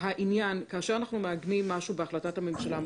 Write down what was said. כאשר אנחנו מעגנים משהו בהחלטת הממשלה והוא